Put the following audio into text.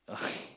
oh